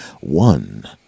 One